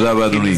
תודה רבה, אדוני.